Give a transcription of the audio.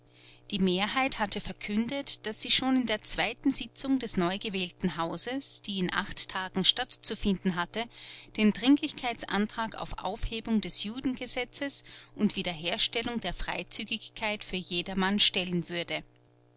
die mehrheit hatte verkündet daß sie schon in der zweiten sitzung des neugewählten hauses die in acht tagen stattzufinden hatte den dringlichkeitsantrag auf aufhebung des judengesetzes und wiederherstellung der freizügigkeit für jedermann stellen würde